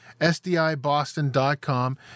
sdiboston.com